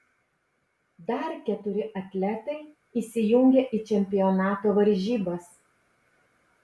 dar keturi atletai įsijungia į čempionato varžybas